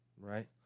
Right